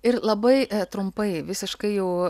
ir labai trumpai visiškai jau